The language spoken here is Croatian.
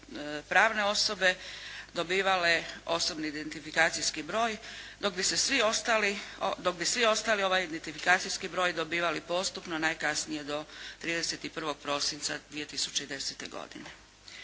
pravne osobe dobivale osobni identifikacijski broj dok bi svi ostali ovaj identifikacijski broj dobivali postupno najkasnije do 31. prosinca 2010. godine.